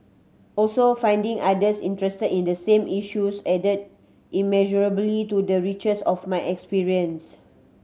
also finding others interested in the same issues added immeasurably to the richness of my experience